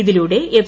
ഇതിലൂടെ എഫ്